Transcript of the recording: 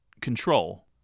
control